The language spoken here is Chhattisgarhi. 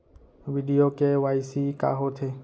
वीडियो के.वाई.सी का होथे